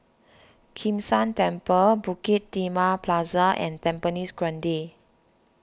Kim San Temple Bukit Timah Plaza and Tampines Grande